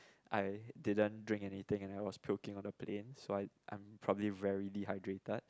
I didn't drink anything and I was puking on the plane so I I'm probably very dehydrated